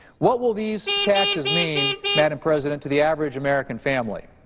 what will these taxes mean, madam president to the average american family?